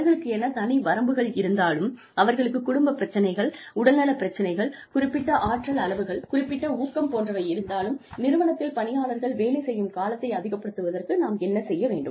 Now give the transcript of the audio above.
அவர்களுக்கென தனி வரம்புகள் இருந்தாலும் அவர்களுக்கு குடும்பப் பிரச்சினைகள் உடல்நலப் பிரச்சினைகள் குறிப்பிட்ட ஆற்றல் அளவுகள் குறிப்பிட்ட ஊக்கம் போன்றவை இருந்தாலும் நிறுவனத்தில் பணியாளர்கள் வேலை செய்யும் காலத்தை அதிகப்படுத்துவதற்கு நாம் என்ன செய்ய வேண்டும்